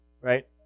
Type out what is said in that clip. Right